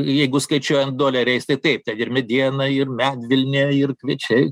jeigu skaičiuojant doleriais tai taip ten ir mediena ir medvilnė ir kviečiai